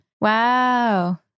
Wow